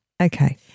Okay